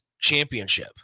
Championship